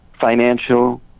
financial